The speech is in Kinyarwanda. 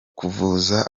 kuvuza